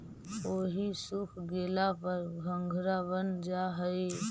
ओहि सूख गेला पर घंघरा बन जा हई